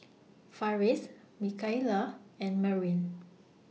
Farris Mikaela and Merwin